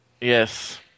Yes